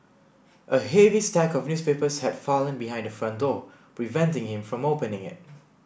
a heavy stack of newspapers had fallen behind the front door preventing him from opening it